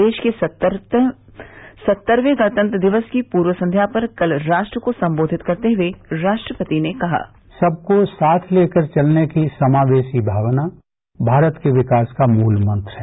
देश के सत्तरवें गणतंत्र दिवस की पूर्व संध्या पर कल राष्ट्र को संबोधित करते हुए राष्ट्रपति ने कहा सबको साथ लेकर चलने की समावेशी भावना भारत के विकास का मूल मंत्र है